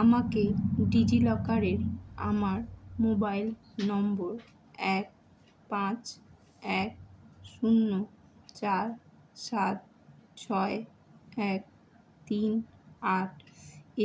আমাকে ডিজিলকারের আমার মোবাইল নম্বর এক পাঁচ এক শূন্য চার সাত ছয় এক তিন আট